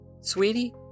Sweetie